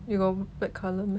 you got black colour meh